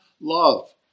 love